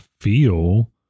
feel